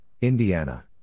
Indiana